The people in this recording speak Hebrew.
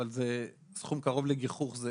אבל זה סכום קרוב לגיחוך.